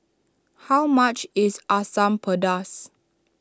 how much is Asam Pedas